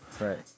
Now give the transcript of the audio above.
Right